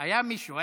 היה מישהו.